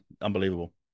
unbelievable